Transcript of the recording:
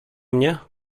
mnie